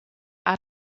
aan